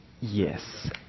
yes